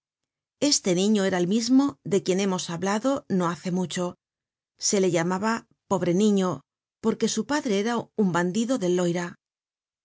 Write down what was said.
este niño era el mismo de quien hemos hablado no hace mucho se le llamaba pobre niño porque su padre era un bandido del loira